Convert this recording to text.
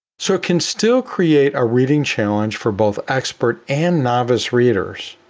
so it can still create a reading challenge for both expert and novice readers.